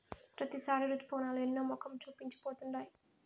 ప్రతిసారి రుతుపవనాలు ఎన్నో మొఖం చూపించి పోతుండాయి